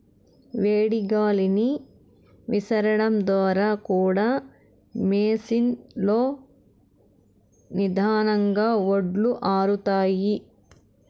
వేడి గాలిని విసరడం ద్వారా కూడా మెషీన్ లో నిదానంగా వడ్లు ఆరుతాయి